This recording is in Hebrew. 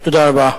תודה רבה.